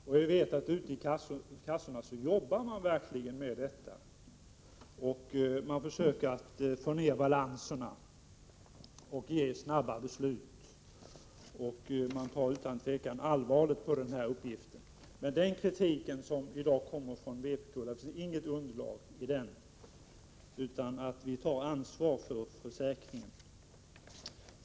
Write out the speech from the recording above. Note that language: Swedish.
Vi vet att man ute i kassorna verkligen jobbar med detta och försöker få ner balanserna och ge snabba beslut. Utan tvivel tar man allvarligt på den här uppgiften. Den kritik som i dag kommer från vpk har alltså inget underlag. Vi tar ansvar för försäkringen.